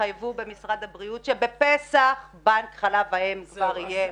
התחייבו במשרד הבריאות שבפסח בנק חלב האם כבר יהיה.